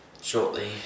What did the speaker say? shortly